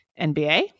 NBA